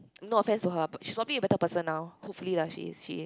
no offence to her but she's probably a better person now hopefully lah she is she is